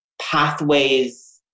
pathways